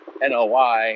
NOI